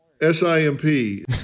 s-i-m-p